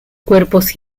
cuerpos